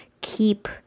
keep